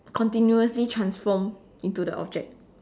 continuously transform into the object